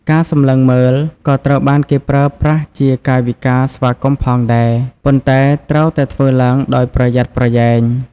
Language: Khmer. ការសម្លឹងមើល ក៏ត្រូវបានគេប្រើប្រាស់ជាកាយវិការស្វាគមន៍ផងដែរ ប៉ុន្តែត្រូវតែធ្វើឡើងដោយប្រយ័ត្នប្រយែង។